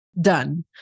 done